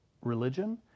religion